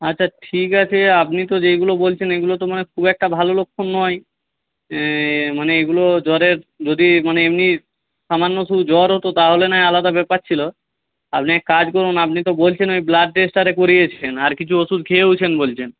আচ্ছা ঠিক আছে আপনি তো যেইগুলো বলছেন এগুলো তো মানে খুব একটা ভালো লক্ষণ নয় মানে এগুলো জ্বরের যদি মানে এমনি সামান্য শুধু জ্বর হতো তাহলে না হয় আলাদা ব্যাপার ছিলো আপনি এক কাজ করুন আপনি তো বলছেন ওই ব্লাড টেস্ট আরে করিয়েছেন আর কিছু ওষুধ খেয়েওছেন বলছেন